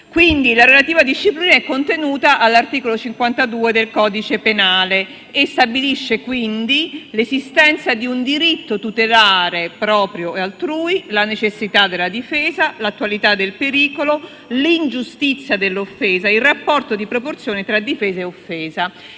tutela. La relativa disciplina, quindi, è contenuta nell'articolo 52 del codice penale e stabilisce l'esistenza di un diritto tutelare, proprio e altrui, la necessità della difesa, l'attualità del pericolo, l'ingiustizia dell'offesa, il rapporto di proporzione tra difesa e offesa.